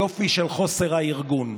היופי של חוסר הארגון.